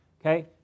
okay